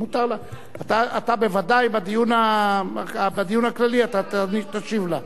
בוודאי בדיון הכללי אתה תשיב לה.